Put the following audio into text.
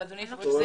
אדוני היושב ראש,